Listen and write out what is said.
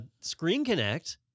ScreenConnect